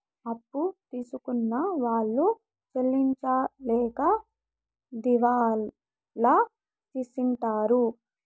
అప్పు తీసుకున్న వాళ్ళు చెల్లించలేక దివాళా తీసింటారు